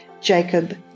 Jacob